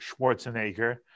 Schwarzenegger